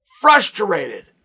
frustrated